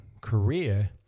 career